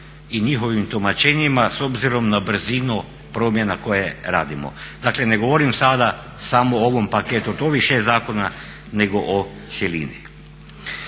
i njihovim tumačenjima s obzirom na brzinu promjena koje radimo. Dakle ne govorim sada samo o ovom paketu više zakona nego o cjelini.